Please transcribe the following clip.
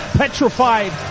petrified